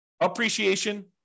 appreciation